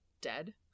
dead